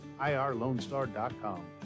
IRLoneStar.com